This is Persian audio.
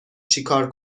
چیکار